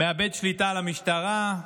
מאבד שליטה על המשטרה,